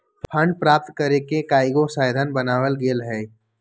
fund प्राप्त करेके कयगो साधन बनाएल गेल हइ